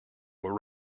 were